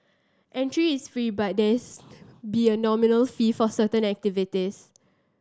entry is free but there be a nominal fee for certain activities